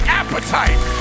appetite